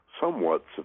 somewhat